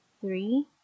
Three